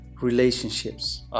relationships